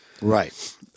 Right